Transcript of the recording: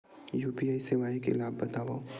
UPI सेवाएं के लाभ बतावव?